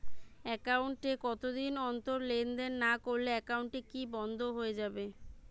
Account এ কতদিন অন্তর লেনদেন না করলে একাউন্টটি কি বন্ধ হয়ে যাবে?